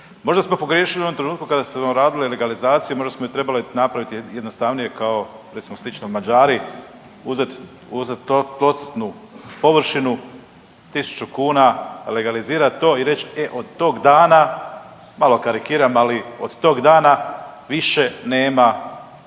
Možda smo pogriješili u onom trenutku kada smo radili legalizaciju, možda smo ju trebali napraviti jednostavnije kao recimo slično Mađari, uzeti, uzet tlocrtnu površinu, 1.000 kuna legalizirat to i reći e od tog dana, malo karikiram ali, od tog dana više nema